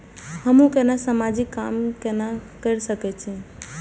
हमू केना समाजिक काम केना कर सके छी?